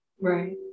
right